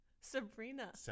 Sabrina